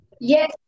Yes